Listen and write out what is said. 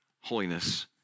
holiness